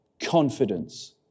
Confidence